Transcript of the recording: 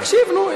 אני מקשיב, נו.